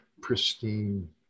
pristine